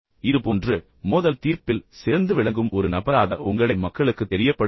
இதுபோன்று மோதல் தீர்ப்பில் சிறந்து விளங்கும் ஒரு நபராக உங்களை மக்களுக்கு தெரியப்படுத்துங்கள்